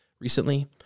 recently